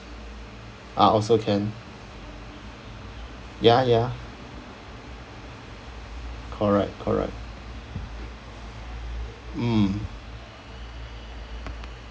ah also can ya ya correct correct mm